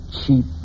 cheap